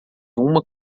uma